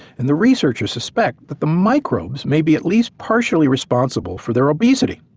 and the researchers suspect that the microbes may be at least partially responsible for their obesity.